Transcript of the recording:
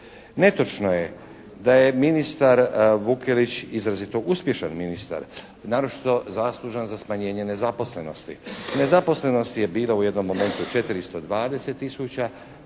Netočno je da je ministar Vukelić izrazito uspješan ministar, naročito zaslužan za smanjenje nezaposlenosti. Nezaposlenost je bila u jednom momentu 420 tisuća.